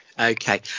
okay